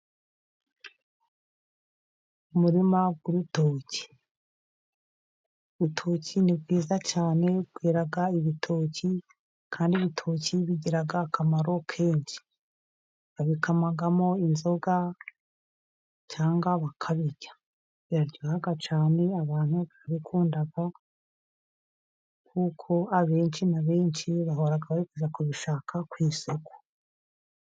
Umurima w'urutoki. Urutoki ni rwiza cyane rwera ibitoki, kandi ibitoki bigira akamaro kenshi. Babikamamo inzoga cyangwa bakabirya, biraryoha cyane abantu barakunda ,kuko abenshi na benshi bahora bari kujya kubishaka ku isoko.